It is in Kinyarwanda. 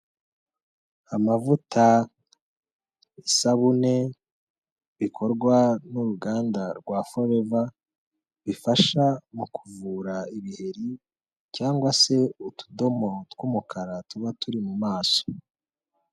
Amavuta, isabune bikorwa n'uruganda rwa Forever bifasha mu kuvura ibiheri cyangwa se utudomo tw'umukara tuba turi mu maso.